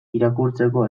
irakurtzeko